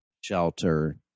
shelter